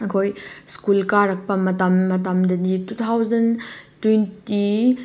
ꯑꯩꯈꯣꯏ ꯁꯐꯀꯨꯜ ꯀꯥꯔꯛꯄ ꯃꯇꯝ ꯃꯇꯝꯗꯗꯤ ꯇꯨ ꯊꯥꯎꯖꯟ ꯇ꯭ꯋꯦꯟꯇꯤ